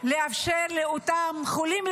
לאפשר לאותם חולים,